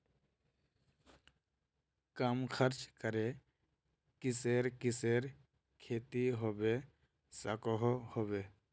कम खर्च करे किसेर किसेर खेती होबे सकोहो होबे?